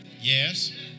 Yes